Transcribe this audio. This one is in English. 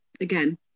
again